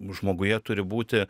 žmoguje turi būti